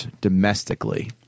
domestically